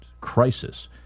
crisis